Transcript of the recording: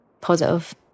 positive